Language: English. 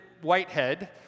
Whitehead